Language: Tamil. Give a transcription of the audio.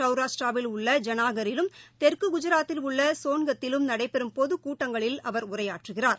சௌராஷ்டிராவில் உள்ள ஜுனாகரிலும் தெற்கு குஜராத்தில் உள்ள சோன்கத்திலும் நடைபெறும் பொதுக்கூட்டங்களில் அவர் உரையாற்றுகிறார்